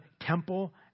temple